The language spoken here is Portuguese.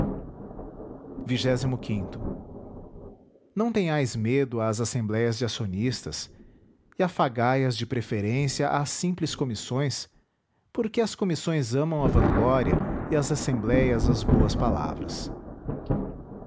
o ão tenhais medo às assembléias de acionistas e afagai as de preferência às simples comissões porque as comissões amam a vanglória e as assembléias as boas palavras